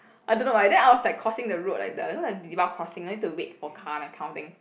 I don't know why then I was like crossing the road like the you know the zebra crossing need to wait for car that kind of thing